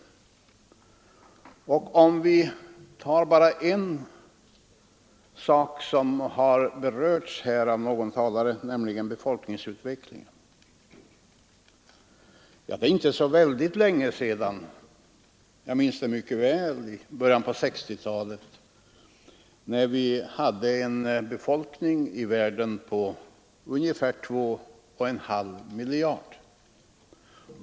Låt oss ta bara en sak som har berörts här av någon talare, nämligen befolkningsutvecklingen. Det är inte så väldigt länge sedan — jag minns det mycket väl; det var i början av 1960-talet — som vi hade en befolkning i världen på ungefär 2,5 miljarder.